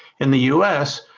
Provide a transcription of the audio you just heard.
in the u s,